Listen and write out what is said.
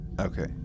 Okay